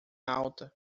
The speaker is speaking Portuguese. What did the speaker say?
alta